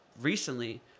recently